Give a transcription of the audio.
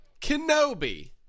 Kenobi